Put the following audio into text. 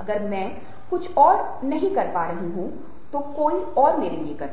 अगर मैं कुछ और नहीं कर पा रहा हूं तो कोई और मेरे लिए करता है